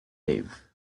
dave